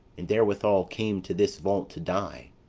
and therewithal came to this vault to die,